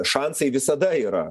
šansai visada yra